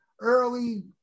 early